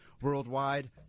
worldwide